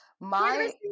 My-